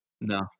No